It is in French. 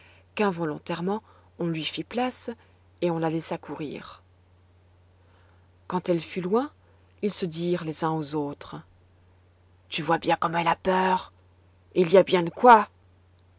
qu'involontairement on lui fit place et on la laissa courir quand elle fut loin ils se dirent les uns aux autres tu vois bien comme elle a peur et il y a bien de quoi